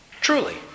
truly